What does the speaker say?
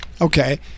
Okay